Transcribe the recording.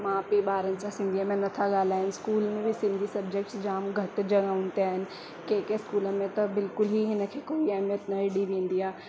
माउ पीउ ॿारनि सां सिंधीअ में न था ॻाल्हाइण इन स्कूल में बि सिंधी सब्जेक्ट जाम घटि जगहिनि ते आहिनि कंहिं कंहिं स्कूल में त बिल्कुलु ई हिनखे कोई अहमियत न ॾई वेंदी आहे